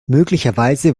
möglicherweise